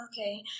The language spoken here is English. Okay